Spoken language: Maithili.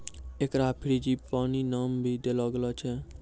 एकरा फ़्रेंजीपानी नाम भी देलो गेलो छै